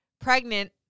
pregnant